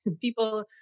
people